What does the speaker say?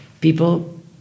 people